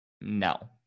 No